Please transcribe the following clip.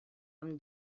amb